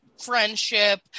friendship